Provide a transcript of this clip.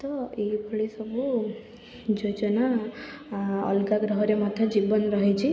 ତ ଏହିଭଳି ସବୁ ଯୋଜନା ଅଲଗା ଗ୍ରହରେ ମଧ୍ୟ ଜୀବନ ରହିଛି